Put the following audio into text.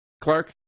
Clark